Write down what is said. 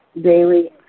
daily